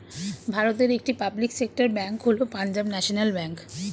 ভারতের একটি public sector bank হল পাঞ্জাব ন্যাশনাল ব্যাঙ্ক